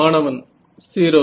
மாணவன் 0